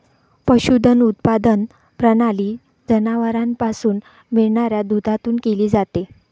पशुधन उत्पादन प्रणाली जनावरांपासून मिळणाऱ्या दुधातून केली जाते